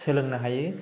सोलोंनो हायो